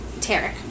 Tarek